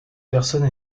personnes